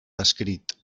escrit